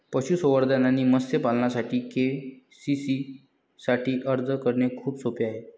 पशुसंवर्धन आणि मत्स्य पालनासाठी के.सी.सी साठी अर्ज करणे खूप सोपे आहे